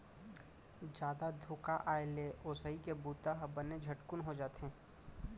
जादा धुका आए ले ओसई के बूता ह बने झटकुन हो जाथे